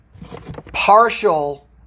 Partial